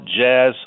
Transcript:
jazz